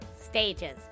stages